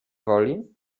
woli